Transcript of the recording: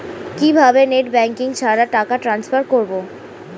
কিভাবে net banking ছাড়া টাকা টান্সফার করব?